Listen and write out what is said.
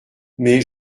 mais